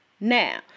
Now